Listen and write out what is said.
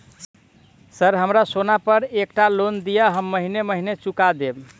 Sir हमरा सोना पर एकटा लोन दिऽ हम महीने महीने चुका देब?